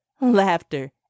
laughter